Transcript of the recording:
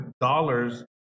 dollars